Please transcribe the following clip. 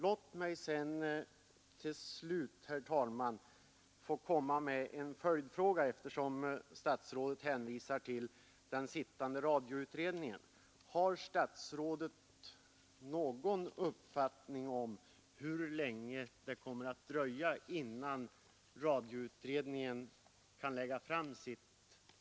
Låt mig till slut, herr talman, få ställa en följdfråga, eftersom statsrådet hänvisar till den sittande radioutredningen. Har statsrådet någon uppfattning om hur länge det kommer att dröja innan radioutredningen kan lägga fram sitt betänkande?